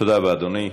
אדוני השר,